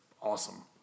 awesome